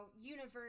universe